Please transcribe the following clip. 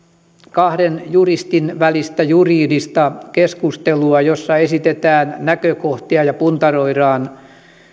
kahden juristin välistä juridista keskustelua jossa esitetään näkökohtia ja puntaroidaan